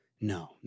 no